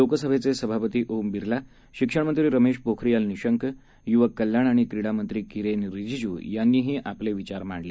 लोकसभेचे सभापती ओम विर्ला शिक्षण मंत्री स्मेश पोखारीयाल निशंक युवक कल्याण आणि क्रीडा मंत्री किरेन रीजीज् यांनीही यावेळी आपले विचार मांडले